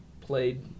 played